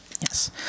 Yes